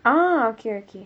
ah okay okay